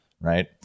right